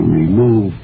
remove